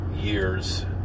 years